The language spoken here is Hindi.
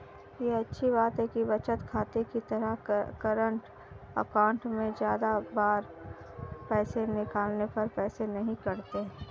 ये अच्छी बात है कि बचत खाते की तरह करंट अकाउंट में ज्यादा बार पैसे निकालने पर पैसे नही कटते है